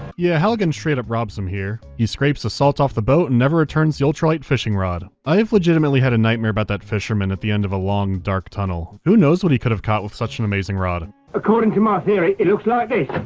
yeah, halligan straight up robs him here. he scrapes the salt off the boat and never returns the ultralight fishing rod. i've legitimately had a nightmare about that fisherman at the end of a long, dark tunnel. who knows what he could have caught with such an amazing rod? scientist according to my theory, it looks like this.